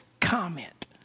comment